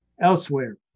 elsewhere